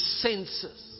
senses